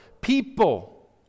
people